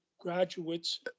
graduates